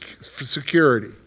security